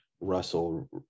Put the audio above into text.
Russell